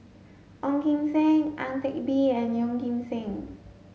Ong Kim Seng Ang Teck Bee and Yeoh Ghim Seng